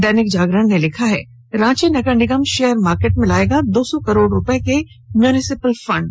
दैनिक जागरण की सुर्खी है रांची नगर निगम शेयर मार्केट में लाएगा दो सौ करोड़ रुपये के म्यूनिसिपल बांड